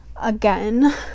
again